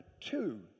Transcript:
two